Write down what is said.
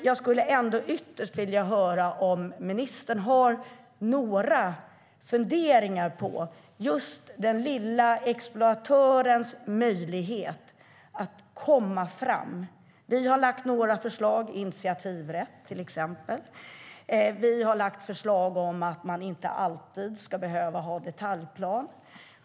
Jag vill gärna höra om ministern har några funderingar på den lilla exploatörens möjlighet att komma fram. Vi har lagt fram några förslag, till exempel om initiativrätt. Vi har lagt fram förslag om att man inte alltid ska behöva ha detaljplan.